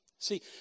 See